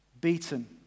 beaten